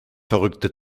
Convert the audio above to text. verrückte